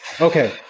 Okay